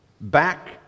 back